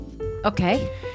Okay